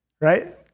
right